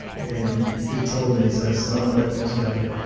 and he told me, he says, son, let me tell you.